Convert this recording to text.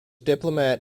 diplomat